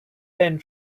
and